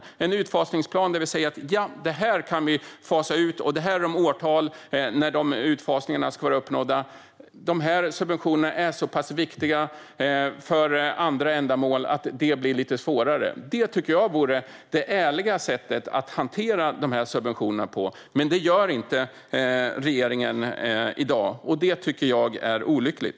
Det behövs en utfasningsplan där man säger: Det här kan vi fasa ut, och det här är de årtal när utfasningarna ska vara uppnådda. De här subventionerna är så pass viktiga för andra ändamål att de blir lite svårare att fasa ut. Det tycker jag vore det ärliga sättet att hantera subventionerna på, men det gör inte regeringen i dag. Det tycker jag är olyckligt.